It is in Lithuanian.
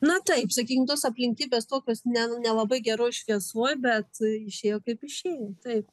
na taip sakykim tos aplinkybės tokios ne nelabai geroj šviesoj bet išėjo kaip išėjo taip